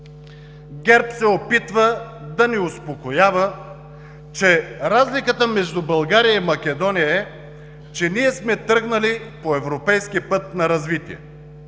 ГЕРБ се опитва да ни успокоява, че разликата между България и Македония е, че ние сме тръгнали по европейски път на развитие.